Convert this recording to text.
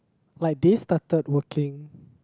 like they started working